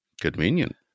Convenient